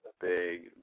big